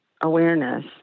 awareness